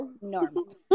normal